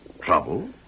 Trouble